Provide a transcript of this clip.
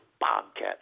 Bobcat